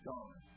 Gone